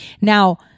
Now